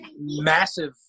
massive